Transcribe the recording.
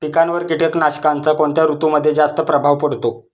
पिकांवर कीटकनाशकांचा कोणत्या ऋतूमध्ये जास्त प्रभाव पडतो?